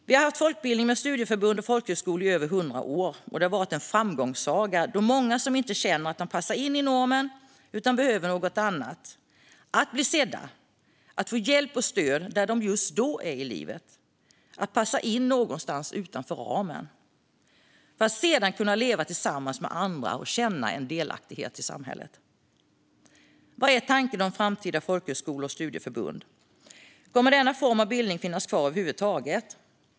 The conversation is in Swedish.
Vi har haft folkbildning med studieförbund och folkhögskolor i över 100 år, och det har varit en framgångssaga. Det är många som känner att de inte passar in och inte följer normen. De behöver något annat. De behöver bli sedda och få hjälp och stöd där de just då är i livet. Det handlar om att passa in någonstans utanför ramen för att sedan kunna leva tillsammans med andra och känna en delaktighet i samhället. Vad är tanken om framtida folkhögskolor och studieförbund? Kommer denna form av bildning att finnas kvar över huvud taget?